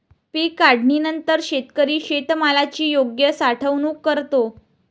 पीक काढणीनंतर शेतकरी शेतमालाची योग्य साठवणूक करतो